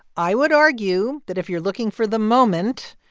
i would argue that if you're looking for the moment,